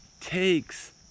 takes